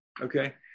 Okay